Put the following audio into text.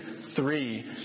three